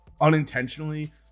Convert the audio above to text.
unintentionally